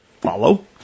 follow